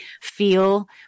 feel